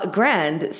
Grand